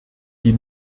die